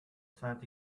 cent